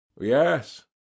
Yes